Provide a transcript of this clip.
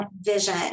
vision